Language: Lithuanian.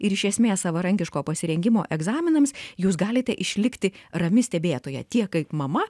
ir iš esmės savarankiško pasirengimo egzaminams jūs galite išlikti rami stebėtoja tiek kaip mama